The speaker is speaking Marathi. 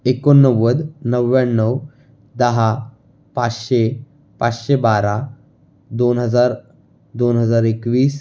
एकोणनव्वद नव्याण्णव दहा पाचशे पाचशे बारा दोन हजार दोन हजार एकवीस